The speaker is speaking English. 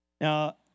Now